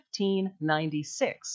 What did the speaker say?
$15.96